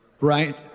Right